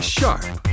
sharp